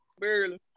Barely